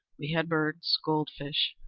we had birds, gold-fish,